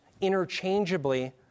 interchangeably